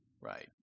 Right